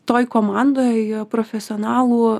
toj komandoj profesionalų